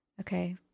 Okay